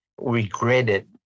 regretted